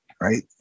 right